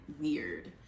weird